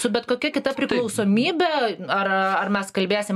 su bet kokia kita priklausomybe ar ar mes kalbėsim